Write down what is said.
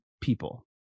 people